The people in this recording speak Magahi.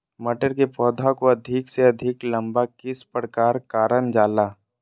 मटर के पौधा को अधिक से अधिक लंबा किस प्रकार कारण जाला?